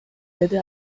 деди